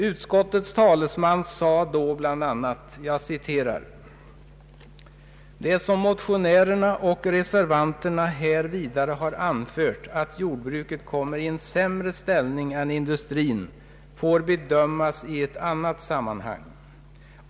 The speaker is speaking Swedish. Utskottets talesman sade då bl.a.: ”Det som motionärerna och reservanterna här vidare har anfört, att jordbruket kommer i en sämre ställning än industrin, får bedömas i ett annat sammanhang.